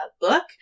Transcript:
book